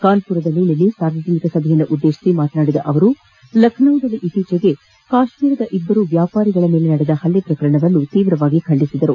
ಕಾನ್ಪುರದಲ್ಲಿ ನಿನ್ನೆ ಸಾರ್ವಜನಿಕ ಸಭೆ ಉದ್ದೇಶಿಸಿ ಮಾತನಾಡಿದ ಅವರು ಲಕ್ನೋದಲ್ಲಿ ಇತ್ತೀಚೆಗೆ ಕಾಶ್ಮೀರದ ಇಬ್ಬರು ವ್ಯಾಪಾರಸ್ಥರ ಮೇಲೆ ನಡೆದ ಪಲ್ಲೆ ಪ್ರಕರಣವನ್ನು ಖಂಡಿಸಿದರು